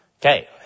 Okay